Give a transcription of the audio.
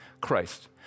Christ